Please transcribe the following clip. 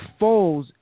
Foles